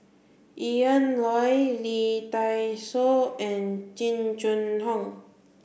Ian Loy Lee Dai Soh and Jing Jun Hong